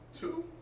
Two